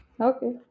Okay